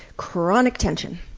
chronic tension.